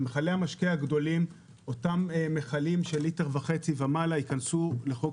ומכלי המשקה הגדולים של ליטר וחצי ומעלה ייכנסו לחוק